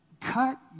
cut